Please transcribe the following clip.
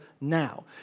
now